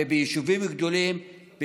וביישובים גדולים,